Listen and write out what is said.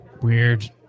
weird